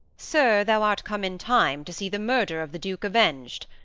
sir, thou art come in time to see the murder of the duke avenged.